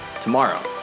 tomorrow